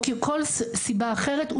או כל סיבה אחרת,